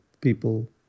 people